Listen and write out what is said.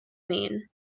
mean